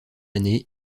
année